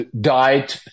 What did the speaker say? died